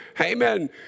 Amen